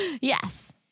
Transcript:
Yes